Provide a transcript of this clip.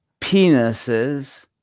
penises